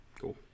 cool